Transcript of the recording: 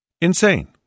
Insane